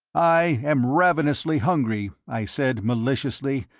i am ravenously hungry, i said, maliciously,